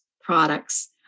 products